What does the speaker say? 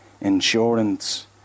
insurance